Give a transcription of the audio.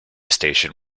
station